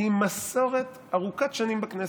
הם מסורת ארוכת שנים בכנסת.